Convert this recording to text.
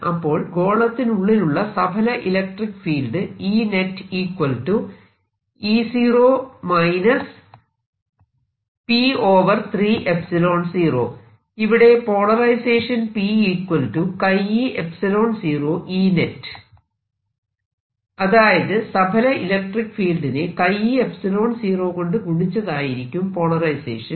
അപ്പോൾ ഗോളത്തിനുള്ളിലുള്ള സഫല ഇലക്ട്രിക്ക് ഫീൽഡ് ഇവിടെ പോളറൈസേഷൻ അതായത് സഫല ഇലക്ട്രിക്ക് ഫീൽഡിനെ e 0 കൊണ്ട് ഗുണിച്ചതായിരിക്കും പോളറൈസേഷൻ P